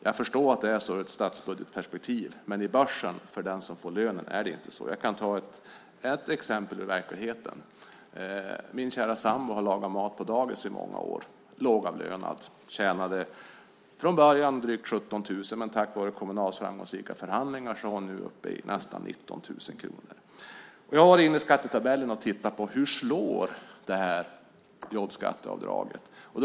Jag förstår att det är så ur statsbudgetperspektiv, men i börsen, för den som får lönen, är det inte så. Jag kan ta ett exempel ur verkligheten. Min kära sambo har lagat mat på dagis i många år. Hon är lågavlönad och tjänade från början drygt 17 000, men tack vare Kommunals framgångsrika förhandlingar är hon nu uppe i nästan 19 000 kronor. Jag har varit inne i skattetabellen och tittat hur jobbskatteavdraget slår.